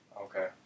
Okay